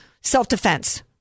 self-defense